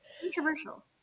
controversial